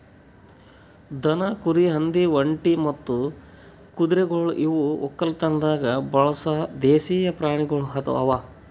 ದನ, ಕುರಿ, ಹಂದಿ, ಒಂಟಿ ಮತ್ತ ಕುದುರೆಗೊಳ್ ಇವು ಒಕ್ಕಲತನದಾಗ್ ಬಳಸ ದೇಶೀಯ ಪ್ರಾಣಿಗೊಳ್ ಅವಾ